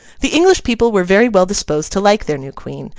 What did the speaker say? the english people were very well disposed to like their new queen,